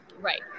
right